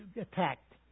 attacked